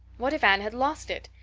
what if anne had lost it?